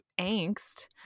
angst